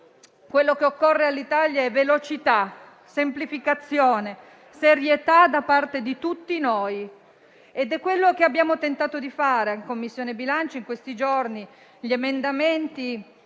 quello che occorre all'Italia è velocità, semplificazione e serietà da parte di tutti noi. È quello che abbiamo tentato di fare in Commissione bilancio in questi giorni. Gli emendamenti